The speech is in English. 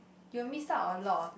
you'll miss up a lot of